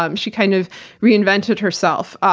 um she kind of reinvented herself.